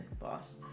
boss